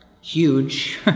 huge